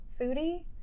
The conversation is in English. foodie